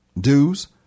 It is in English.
dues